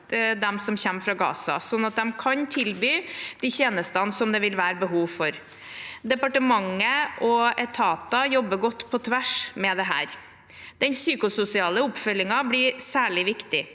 dem som kommer fra Gaza, sånn at de kan tilby de tjenestene det vil være behov for. Departementer og etater jobber godt på tvers med dette. Den psykososiale oppfølgingen blir særlig viktig.